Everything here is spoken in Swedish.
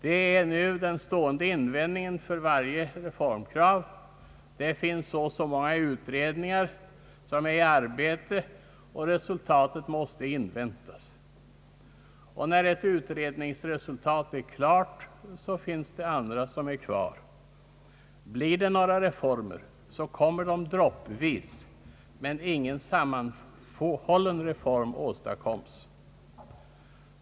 Det är den stående invändningen vid varje reformkrav att det finns så och så många utredningar som är under arbete, och resultaten av dessa måste avvaktas. När ett utredningsresultat är klart finns det andra som återstår. Om reformer genomförs så kommer de så att säga droppvis, men någon sammanhållen reform <åstadkommes inte.